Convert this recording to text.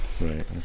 Right